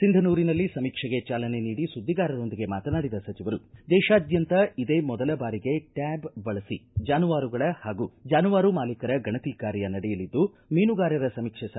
ಸಿಂಧನೂರಿನಲ್ಲಿ ಸಮೀಕ್ಷೆಗೆ ಚಾಲನೆ ನೀಡಿ ಸುದ್ವಿಗಾರರೊಂದಿಗೆ ಮಾತನಾಡಿದ ಸಚಿವರು ದೇಶಾದ್ಯಂತ ಇದೇ ಮೊದಲ ಬಾರಿಗೆ ಟ್ಯಾಬ್ ಬಳಸಿ ಜಾನುವಾರುಗಳ ಪಾಗೂ ಜಾನುವಾರು ಮಾಲಿಕರ ಗಣತಿ ಕಾರ್ಯ ನಡೆಯಲಿದ್ದು ಮೀನುಗಾರರ ಸಮೀಕ್ಷೆ ಸಹ ನಡೆಯಲಿದೆ